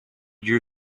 your